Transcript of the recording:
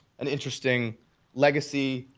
an interesting legacy,